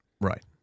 Right